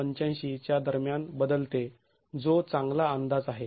८५ या दरम्यान बदलते जो चांगला अंदाज आहे